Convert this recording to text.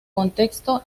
contexto